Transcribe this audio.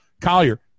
Collier